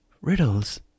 riddles